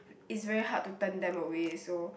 it's very hard to turn them away so